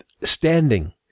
standing